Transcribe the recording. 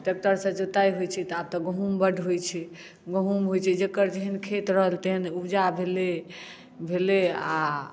टेक्टरसँ जोताइ होइत छै तऽ आब तऽ गहुँम बड्ड होइत छै गहुँम होइत छै जकर जेहन खेत रहल तेहन उपजा भेलै भेलै आ